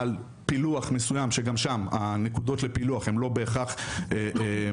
על פילוח מסוים שגם שם הנקודות לפילוח הן לא בהכרח מספקות.